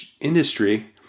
industry